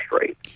rate